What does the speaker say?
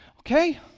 okay